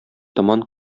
томан